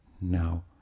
now